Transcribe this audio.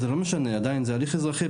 זה לא משנה, עדיין זה הליך אזרחי.